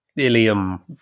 Ilium